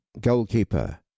goalkeeper